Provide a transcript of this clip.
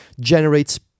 generates